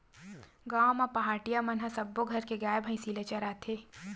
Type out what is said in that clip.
गाँव म पहाटिया मन ह सब्बो घर के गाय, भइसी ल चराथे